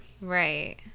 Right